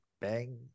bang